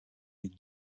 les